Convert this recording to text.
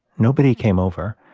nobody came over,